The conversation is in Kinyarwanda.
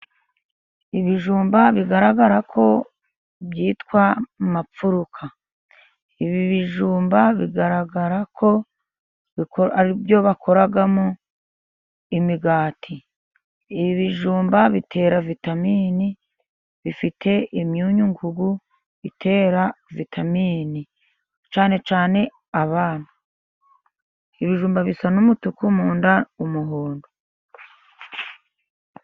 Ibijumba bigaragara ko byitwa mapfuruka. Ibi bijumba bigaragara ko ari byo bakoragamo imigati. Ibi bijumba bitera vitaminini, bifite imyunyu ngugu itera vitamine, cyane cyane abana. Ibijumba bisa n'umutuku, mu nda umuhondo.